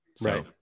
right